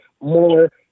more